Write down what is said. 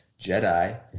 Jedi